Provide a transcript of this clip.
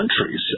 countries